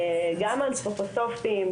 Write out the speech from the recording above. גם האנתרופוסופי,